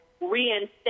reinstate